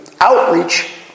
outreach